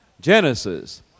Genesis